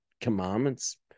commandments